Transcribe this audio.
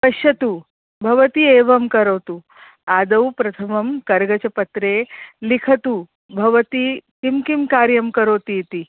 पश्यतु भवती एवं करोतु आदौ प्रथमं कागदपत्रे लिखतु भवती किं किं कार्यं करोति इति